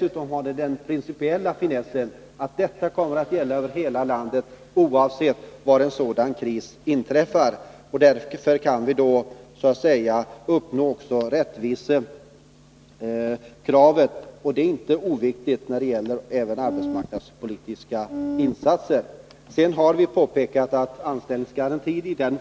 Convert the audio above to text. Och bidraget har den principiella finessen att det kommer att gälla över landet, oavsett var en kris inträffar. Därför kan vi tillmötesgå rättvisekravet, och det är inte oviktigt när det gäller arbetsmarknadspolitiska insatser. Vi har påpekat att anställningsgarantin i nuvarande